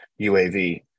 UAV